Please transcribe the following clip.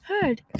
heard